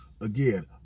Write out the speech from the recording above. Again